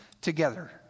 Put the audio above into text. together